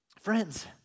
Friends